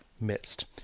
midst